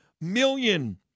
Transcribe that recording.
million